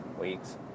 weeks